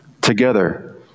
together